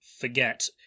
forget